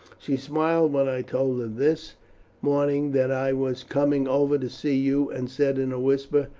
she smiled when i told her this morning that i was coming over to see you, and said in a whisper,